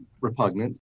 repugnant